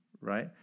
Right